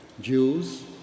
Jews